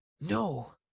No